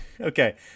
okay